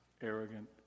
arrogant